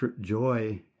joy